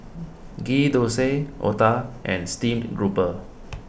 Ghee Thosai Otah and Steamed Grouper